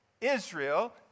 Israel